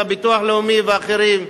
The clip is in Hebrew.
של הביטוח הלאומי ואחרים,